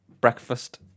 breakfast